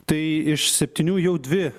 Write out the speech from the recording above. tai iš septynių jau dvi